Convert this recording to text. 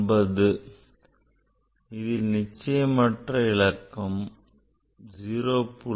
இதில் மீண்டும் நிச்சயமற்ற இலக்கம் 0